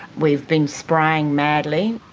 we've been spraying madly.